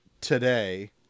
today